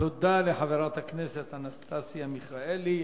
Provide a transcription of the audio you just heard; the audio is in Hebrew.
תודה לחברת הכנסת אנסטסיה מיכאלי.